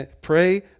Pray